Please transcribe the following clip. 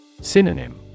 Synonym